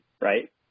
right